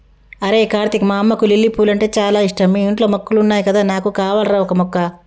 అరేయ్ కార్తీక్ మా అమ్మకు లిల్లీ పూలంటే చాల ఇష్టం మీ ఇంట్లో మొక్కలున్నాయి కదా నాకు కావాల్రా ఓక మొక్క